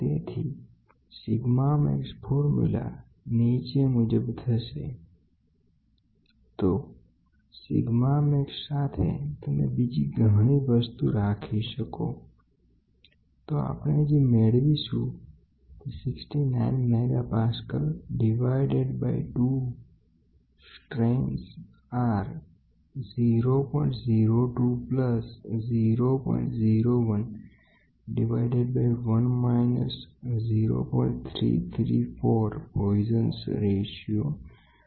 તેથી sigma max formula નીચે મુજબ થશેE m ડીવાઇડેડ બાઈ 2 સ્ટ્રેન 1પ્લસ સ્ટ્રેન 3 1 માઈનસ પોયઝન ગુણોત્તરપ્લસ 1 ડીવાઇડેડ બાઈ 1પ્લસ પોયઝન ગુણોત્તર સ્ટ્રેન 1 નું વર્ગમૂળ માઈનસ સ્ટ્રેન 3 આ બધાની વર્ગપ્લસ 2 વખત સ્ટ્રેન 2 માઈનસ સ્ટ્રેન 1 સ્ટ્રેન 3 આખા ની વર્ગ તો સિગ્મા મહત્તમ સાથે તમે બીજી ઘણી વસ્તુ રાખી શકો